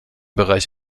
bereich